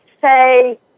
say